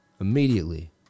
immediately